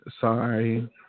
Sorry